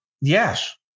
Yes